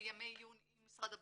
וימי עיון עם משרד הבריאות,